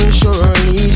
surely